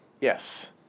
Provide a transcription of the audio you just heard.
Yes